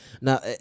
Now